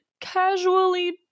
casually